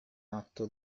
atto